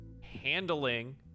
handling